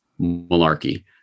malarkey